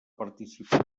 participar